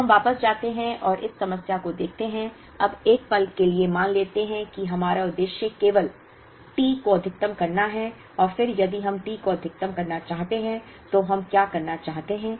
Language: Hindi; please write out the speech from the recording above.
तो हम वापस जाते हैं और इस समस्या को देखते हैं अब एक पल के लिए मान लेते हैं कि हमारा उद्देश्य केवल टी को अधिकतम करना है और फिर यदि हम T को अधिकतम करना चाहते हैं तो हम क्या करना चाहते हैं